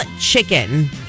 chicken